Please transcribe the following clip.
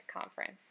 conference